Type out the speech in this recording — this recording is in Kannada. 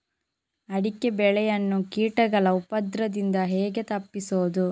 ಅಡಿಕೆ ಬೆಳೆಯನ್ನು ಕೀಟಗಳ ಉಪದ್ರದಿಂದ ಹೇಗೆ ತಪ್ಪಿಸೋದು?